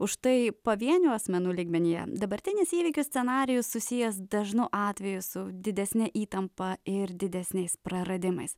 už tai pavienių asmenų lygmenyje dabartinis įvykių scenarijus susijęs dažnu atveju su didesne įtampa ir didesniais praradimais